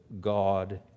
God